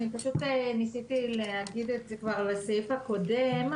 ניסיתי להגיב לסעיף הקודם.